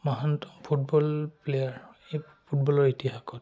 মহানতম football player এই ফুটবলৰ ইতিহাসত